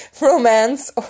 romance